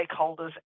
stakeholders